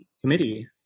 committee